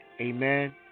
amen